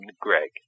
Greg